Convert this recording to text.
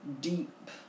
deep